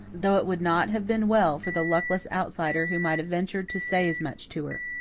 though it would not have been well for the luckless outsider who might have ventured to say as much to her.